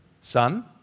son